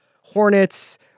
Hornets